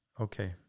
Okay